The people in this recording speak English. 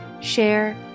share